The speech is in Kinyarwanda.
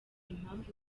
impamvu